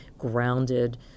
grounded